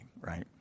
right